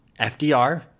FDR